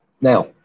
now